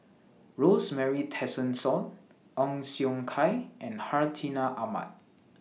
Rosemary Tessensohn Ong Siong Kai and Hartinah Ahmad